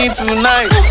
tonight